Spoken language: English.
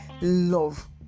love